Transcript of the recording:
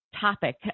topic